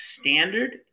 standard